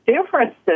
differences